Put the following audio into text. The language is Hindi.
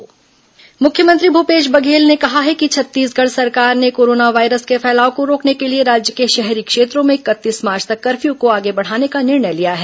कोरोना मुख्ममंत्री लॉकडाउन मुख्यमंत्री भपेश बघेल ने कहा है कि छत्तीसगढ सरकार ने कोरोसा वायरस के फैलाव को रोकने के लिए राज्य के ँ शहरी क्षेत्रों में इकतीस मार्च तक कर्फ्यू को आगे बढ़ाने का निर्णय लिया है